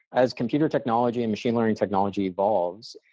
as computer technology and machine learning technology evolves,